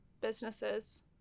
businesses